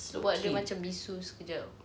buat dia macam bisu sekejap